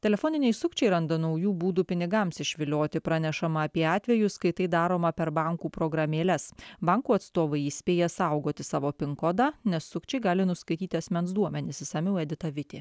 telefoniniai sukčiai randa naujų būdų pinigams išvilioti pranešama apie atvejus kai tai daroma per bankų programėles bankų atstovai įspėja saugoti savo pin kodą nes sukčiai gali nuskaityti asmens duomenis išsamiau edita vitė